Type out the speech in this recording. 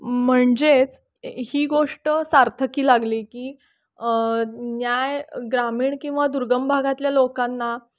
म्हणजेच ही गोष्ट सार्थकी लागली की न्याय ग्रामीण किंवा दुर्गम भागातल्या लोकांना